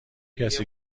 کسی